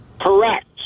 Correct